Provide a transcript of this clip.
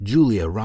Julia